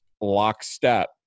lockstep